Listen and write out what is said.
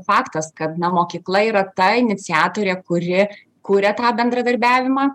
faktas kad na mokykla yra ta iniciatorė kuri kuria tą bendradarbiavimą